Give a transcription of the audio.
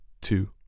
two